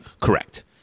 Correct